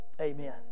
Amen